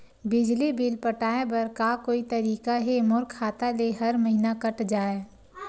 बिजली बिल पटाय बर का कोई तरीका हे मोर खाता ले हर महीना कट जाय?